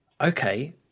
Okay